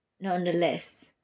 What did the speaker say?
Nonetheless